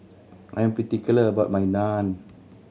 I am particular about my Naan